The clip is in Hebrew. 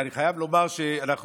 אני חייב לומר שמתברר,